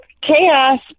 chaos